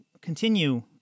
continue